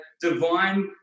divine